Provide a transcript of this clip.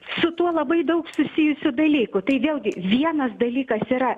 su tuo labai daug susijusių dalykų tai vėlgi vienas dalykas yra